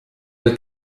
del